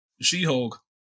She-Hulk